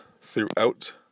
throughout